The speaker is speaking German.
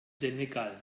senegal